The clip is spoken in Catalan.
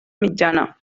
mitjana